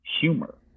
humor